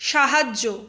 সাহায্য